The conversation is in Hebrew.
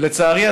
לצערי,